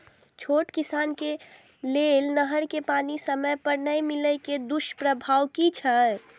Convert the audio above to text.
छोट किसान के लेल नहर के पानी समय पर नै मिले के दुष्प्रभाव कि छै?